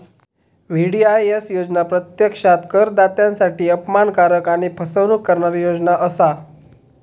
VDIS योजना प्रत्यक्षात करदात्यांसाठी अपमानकारक आणि फसवणूक करणारी योजना असा